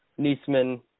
Neesman